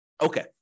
Okay